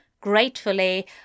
Gratefully